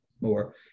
more